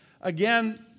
again